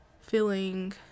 feeling